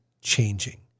changing